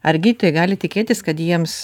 ar gydytojai gali tikėtis kad jiems